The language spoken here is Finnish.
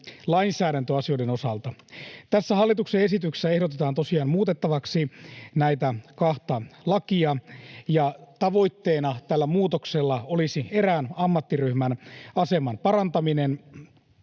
lainsäädäntöasioiden osalta. Tässä hallituksen esityksessä ehdotetaan tosiaan muutettavaksi näitä kahta lakia, ja tavoitteena tällä muutoksella olisi erään ammattiryhmän aseman parantaminen.